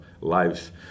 lives